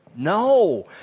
No